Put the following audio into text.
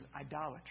idolatry